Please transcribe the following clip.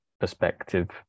perspective